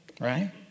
Right